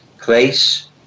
place